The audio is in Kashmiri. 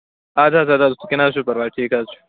اَدٕ حظ اَدٕ حظ کیٚنہہ نہ حظ چھُ پَرواے ٹھیٖک حظ چھُ